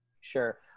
Sure